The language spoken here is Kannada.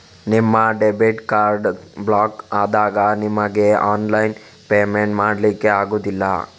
ನಿಮ್ಮ ಡೆಬಿಟ್ ಕಾರ್ಡು ಬ್ಲಾಕು ಆದಾಗ ನಿಮಿಗೆ ಆನ್ಲೈನ್ ಪೇಮೆಂಟ್ ಮಾಡ್ಲಿಕ್ಕೆ ಆಗುದಿಲ್ಲ